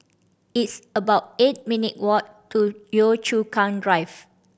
it's about eight minute walk to Yio Chu Kang Drive